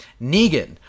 Negan